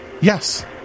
Yes